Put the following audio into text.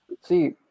See